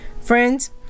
Friends